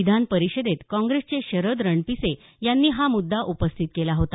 विधान परिषदेत काँग्रेसचे शरद रणपिसे यांनी हा मुद्दा उपस्थित केला होता